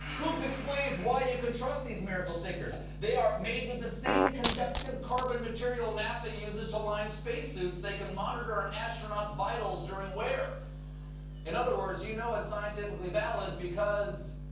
goop explains why you can trust these miracle stickers. they are made with the same conductive carbon material nasa uses to line spacesuits so they can monitor an astronaut's vitals during wear in other words, you know it's scientifically valid, because.